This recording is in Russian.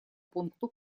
пункту